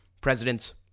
presidents